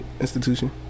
institution